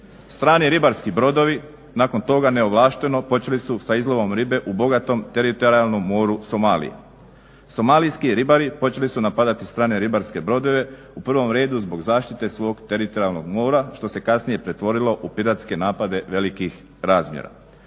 Strani ribarski brodovi nakon toga neovlašteno počeli su sa izlovom ribe u bogatom teritorijalnom moru Somalije. Somalijski ribari počeli su napadati strane ribarske brodove u prvom redu zbog zaštite svog teritorijalnog mora što se kasnije pretvorilo u piratske napade velikih razmjera.